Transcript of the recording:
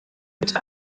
bitte